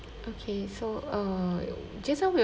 okay so err just now we